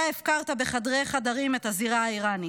אתה הפקרת בחדרי-חדרים את הזירה האיראנית.